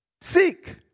Seek